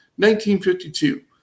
1952